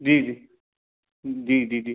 जी जी जी जी जी